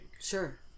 Sure